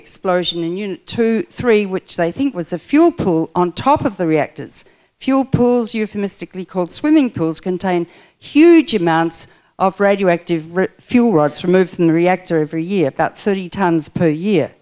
explosion and you know two three which i think was a fuel pool on top of the reactors fuel pools euphemistically called swimming pools contain huge amounts of radioactive fuel rods removed from the reactor every year about thirty tons per year